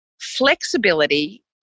flexibility